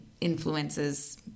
influences